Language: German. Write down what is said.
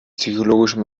psychologischen